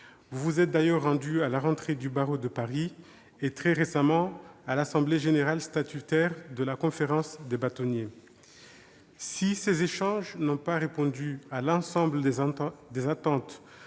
Vous vous êtes d'ailleurs rendue à la rentrée du barreau de Paris et, très récemment, à l'assemblée générale statutaire de la Conférence des bâtonniers. Si ces échanges n'ont pas répondu à l'ensemble des attentes